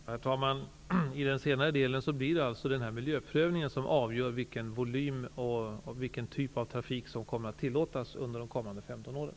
Herr talman! I den senare delen blir det alltså miljöprövningen som avgör vilken volym och vilken typ av trafik som kommer att tillåtas under de kommande 15 åren.